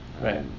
Right